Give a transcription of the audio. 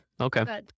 okay